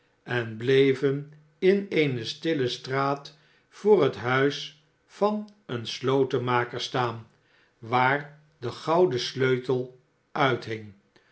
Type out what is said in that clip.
en bleven in eene stille straat voor he t huis van een slotenmaker staan waar de goudensleuteluithing